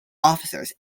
officers